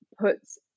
puts